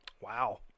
Wow